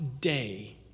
day